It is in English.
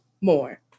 more